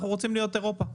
אנחנו רוצים להיות אירופה.